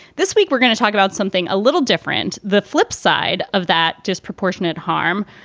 this week, we're going to talk about something a little different. the flip side of that disproportionate harm,